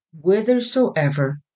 whithersoever